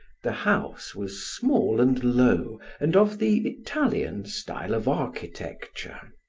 the house was small and low, and of the italian style of architecture.